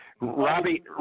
Robbie